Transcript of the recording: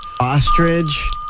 ostrich